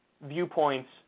viewpoints